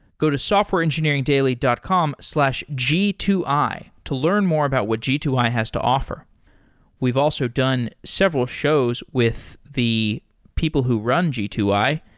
go to softwareengineeringdaily dot com slash g two i to learn more about what g two i has to offer we've also done several shows with the people who run g two i,